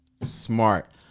Smart